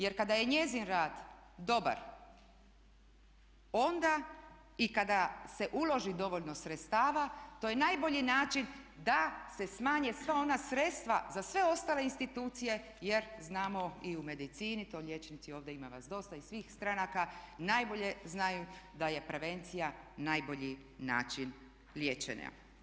Jer kada je njezin rad dobar onda i kada se uloži dovoljno sredstava to je najbolji način da se smanje sva ona sredstva za sve ostale institucije jer znamo i u medicini, to liječnici, ima vas dosta iz svih stranaka najbolje znaju, da je prevencija najbolji način liječenja.